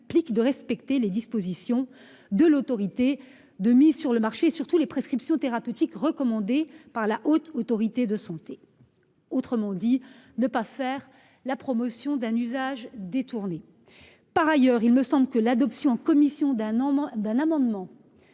implique de respecter les dispositions de l'autorité de mise sur le marché, surtout les prescriptions thérapeutiques recommandées par la Haute Autorité de santé, autrement dit de ne pas faire la promotion d'un usage détourné. Par ailleurs il me semble que l'adoption en commission d'un nombre